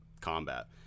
combat